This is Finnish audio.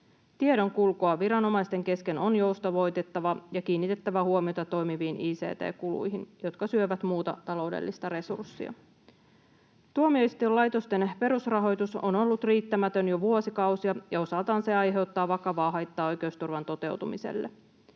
Tiedonkulkua viranomaisten kesken on joustavoitettava ja kiinnitettävä huomiota ict-kuluihin, jotka syövät muuta taloudellista resurssia. Tuomioistuinlaitosten perusrahoitus on ollut riittämätön jo vuosikausia, ja osaltaan se aiheuttaa vakavaa haittaa oikeusturvan toteutumiselle.